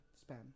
span